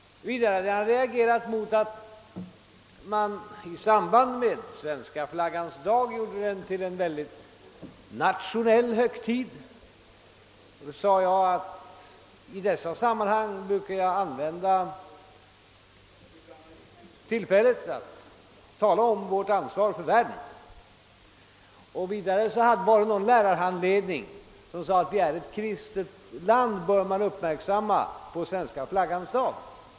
Vidare hade han reagerat mot att vi gjort Svenska flaggans dag till en nationell högtidsdag. Jag sade då att jag i dessa sammanhang brukar begagna tillfället att tala om vårt ansvar i världen. Han nämnde en lärarhandledning, som angav att man bör uppmärksamma varje kristet land på Svenska flaggans dag.